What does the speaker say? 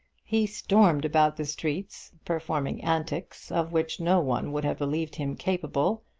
he stormed about the streets, performing antics of which no one would have believed him capable,